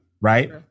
right